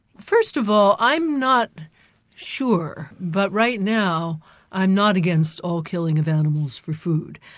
first of all i'm not sure but right now i'm not against all killing of animals for food.